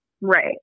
Right